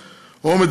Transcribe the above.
מה שלא היה קודם,